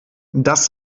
das